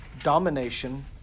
Domination